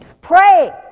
Pray